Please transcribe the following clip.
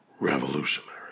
Revolutionary